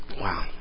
Wow